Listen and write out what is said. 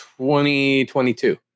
2022